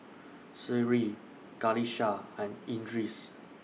Seri Qalisha and Idris